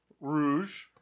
Rouge